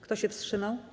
Kto się wstrzymał?